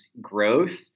growth